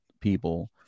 people